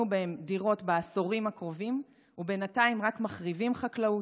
בהם דירות בעשורים הקרובים ובינתיים רק מחריבים חקלאות,